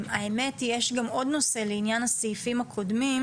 האמת, יש עוד נושא לעניין הסעיפים הקודמים